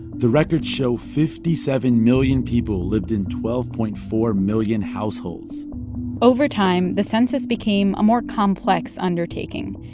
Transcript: the records show fifty seven million people lived in twelve point four million households over time, the census became a more complex undertaking.